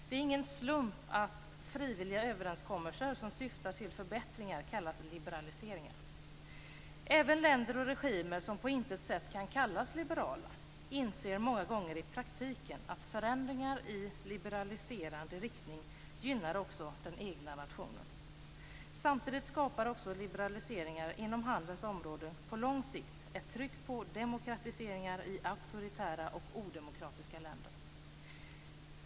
Det är ingen slump att frivilliga överenskommelser som syftar till förbättringar kallas för liberaliseringar. Även länder och regimer som på intet sätt kan kallas liberala inser många gånger i praktiken att förändringar i liberaliserande riktning gynnar också den egna nationen. Samtidigt skapar också liberaliseringar inom handelns område på lång sikt ett tryck på demokratiseringar i auktoritära och odemokratiska länder.